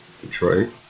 Detroit